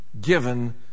Given